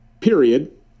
period